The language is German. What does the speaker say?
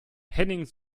henning